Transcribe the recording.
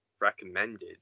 recommended